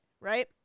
right